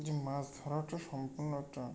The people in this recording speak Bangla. যে মাছ ধরাটা সম্পূর্ণ একটা